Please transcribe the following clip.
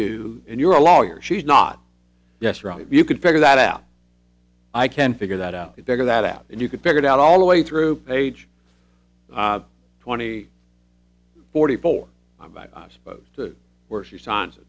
you and your lawyer she's not yes right if you can figure that out i can figure that out there that out and you can figure it out all the way through page twenty forty four i'm supposed to where she signs